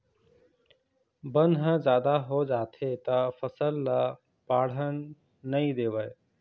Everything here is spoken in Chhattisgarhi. बन ह जादा हो जाथे त फसल ल बाड़हन नइ देवय